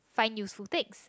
find useful things